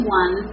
one